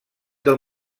del